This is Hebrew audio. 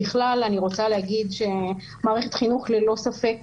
ככלל אני רוצה להגיד שמערכת החינוך ללא ספק